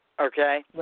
Okay